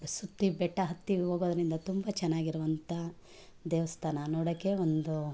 ಸುತ್ತಿ ಬೆಟ್ಟ ಹತ್ತಿ ಹೋಗೋದರಿಂದ ತುಂಬ ಚೆನ್ನಾಗಿರುವಂಥ ದೇವಸ್ಥಾನ ನೋಡೋಕೆ ಒಂದು